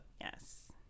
Yes